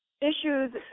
Issues